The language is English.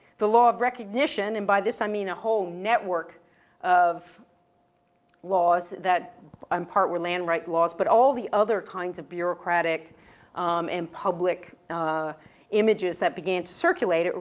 the law of recognition, and by this i mean a whole network of laws that um part with land right laws. but all the other kinds of bureaucratic and public images that began to circulate,